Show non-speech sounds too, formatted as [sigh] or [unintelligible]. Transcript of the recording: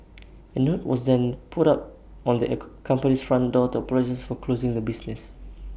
A note was then put up on the [unintelligible] company's front door to apologise for closing the business